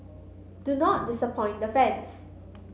do not disappoint the fans